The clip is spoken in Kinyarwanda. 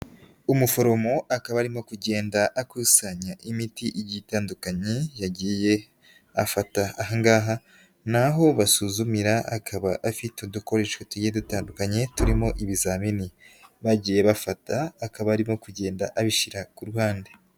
Umuforomo akaba arimo kugenda akusanya imiti igiye itandukanye yagiye afata, aha ngaha ni aho basuzumira akaba afite udukoresho tugiye dutandukanye turimo ibizamini bagiye bafata akaba arimo kugenda abishyira ku ruhande.